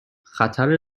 خطر